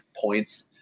points